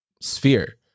sphere